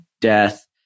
death